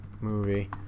movie